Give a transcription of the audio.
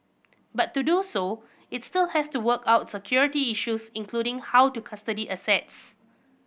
but to do so it still has to work out security issues including how to custody assets